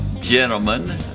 gentlemen